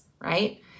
Right